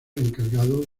encargado